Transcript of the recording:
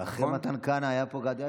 אבל אחרי מתן כהנא היה פה גדי איזנקוט.